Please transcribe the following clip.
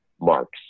marks